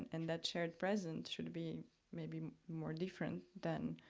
and that shared present should be maybe more different than,